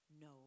No